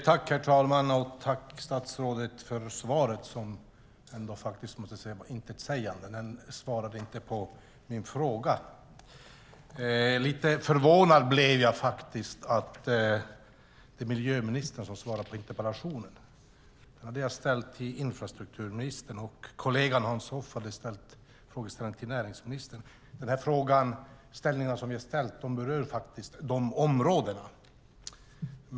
Herr talman! Tack, statsrådet, för svaret som jag måste säga var intetsägande och inte gav svar på min fråga. Lite förvånad blir jag faktiskt över att det är miljöministern som svarar på interpellationen. Jag hade ställt den till infrastrukturministern, och kollegan Hans Hoff hade ställt sin interpellation till näringsministern. De frågor som vi har ställt berör faktiskt deras områden.